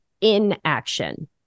inaction